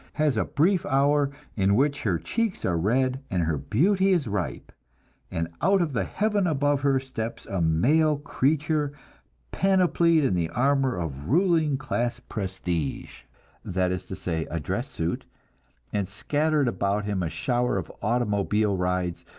has a brief hour in which her cheeks are red and her beauty is ripe and out of the heaven above her steps a male creature panoplied in the armor of ruling class prestige that is to say, a dress suit and scattering about him a shower of automobile rides,